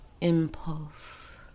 Impulse